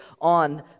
on